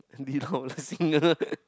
Andy-Lau the singer